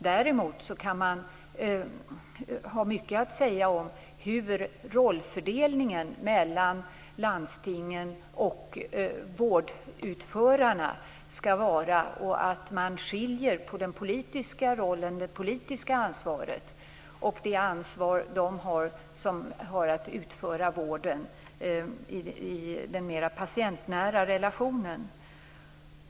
Däremot kan man säga mycket om rollfördelningen mellan landstingen och vårdutförarna. Det är viktigt att man skiljer mellan den politiska rollen, det politiska ansvaret, och det ansvar de har som har att utföra vården i den mera patientnära relationen.